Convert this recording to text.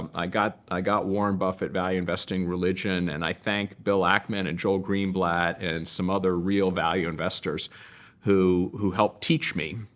i got i got warren buffett value investing religion. and i thank bill ackman and joel greenblatt and some other real value investors who who helped teach me.